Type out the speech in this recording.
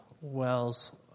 wells